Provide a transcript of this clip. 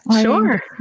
Sure